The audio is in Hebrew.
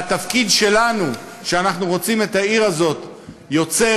והתפקיד שלנו, כשאנחנו רוצים את העיר הזאת יוצרת,